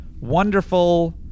wonderful